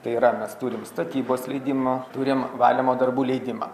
tai yra mes turim statybos leidimą turim valymo darbų leidimą